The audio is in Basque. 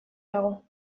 dago